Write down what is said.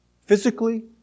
physically